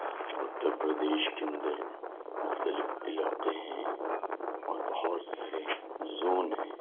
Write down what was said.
اتر پردیش کے اندر مختلف علاقے ہیں اور بہت سارے زون ہیں